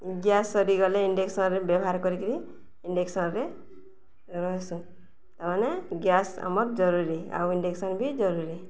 gas ସରିଗଲେ ଇଣ୍ଡକ୍ସନ୍ରେ ବ୍ୟବହାର କରିକି ଇଣ୍ଡେକ୍ସନ୍ରେ ରହିସୁଁ ତା'ମାନେ ଗ୍ୟାସ ଆମର୍ ଜରୁରୀ ଆଉ ଇଣ୍ଡେକ୍ସନ୍ ବି ଜରୁରୀ